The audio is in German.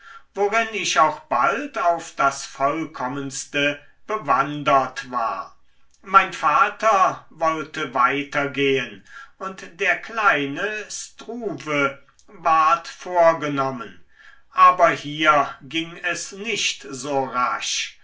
worin ich auch bald auf das vollkommenste bewandert war mein vater wollte weiter gehen und der kleine struve ward vorgenommen aber hier ging es nicht so rasch